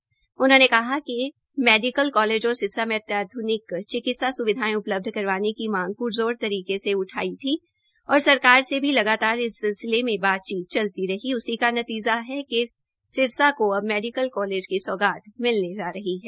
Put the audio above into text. श्री कांडा ने कहा कि उन्होंने मेडिकल कालेज और सिरसा के अत्याध्निक चिक्तिसा स्विधाये उपलब्ध करवाने की मांग पुरज़ोर तरीके से उठाई थी और सरकार से भी लगातार इस सिलसिले में बातचीत चलती रही उसी का नतीजा है कि सिरसा को अब मेडिकल कालेज की सौगात मिलने जा रही है